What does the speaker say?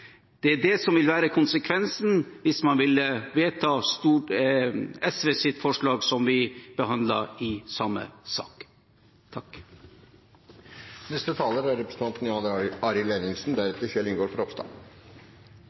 Det er det som vil være konsekvensen hvis man vil vedta SVs forslag, som vi behandler i denne sak.